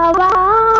ah la